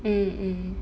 mm mm